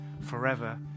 forever